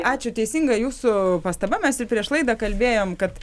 ačiū teisinga jūsų pastaba mes ir prieš laidą kalbėjom kad